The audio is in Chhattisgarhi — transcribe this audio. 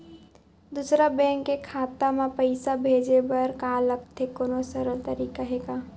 दूसरा बैंक के खाता मा पईसा भेजे बर का लगथे कोनो सरल तरीका हे का?